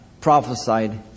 prophesied